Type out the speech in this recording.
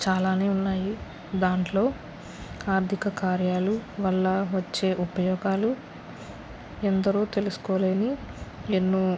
చాలానే ఉన్నాయి దాంట్లో ఆర్థిక కార్యాల వల్ల వచ్చే ఉపయోగాలు ఎందరో తెలుసుకోలేని ఎన్నో